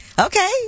Okay